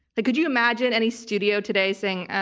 could you imagine any studio today saying